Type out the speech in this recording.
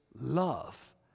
love